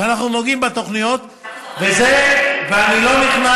ואנחנו נוגעים בתוכניות, וזה, אנחנו סופרים